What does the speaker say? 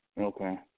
Okay